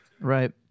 Right